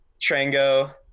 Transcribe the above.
Trango